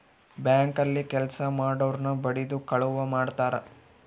bank ಅಲ್ಲಿ ಕೆಲ್ಸ ಮಾಡೊರ್ನ ಬಡಿದು ಕಳುವ್ ಮಾಡ್ತಾರ